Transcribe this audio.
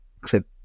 clip